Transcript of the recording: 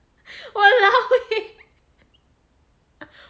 !walao! eh